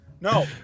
no